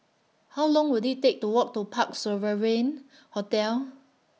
How Long Will IT Take to Walk to Parc Sovereign Hotel